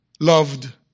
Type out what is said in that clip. loved